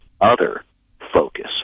other-focus